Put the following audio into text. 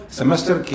semester